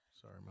Sorry